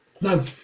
No